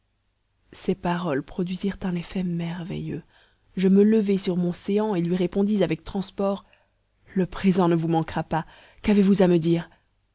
ces paroles produisirent un effet merveilleux je me levai sur mon séant et lui répondis avec transport le présent ne vous manquera pas qu'avez-vous à me dire